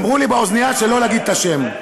אמרו לי באוזנייה שלא להגיד את השם.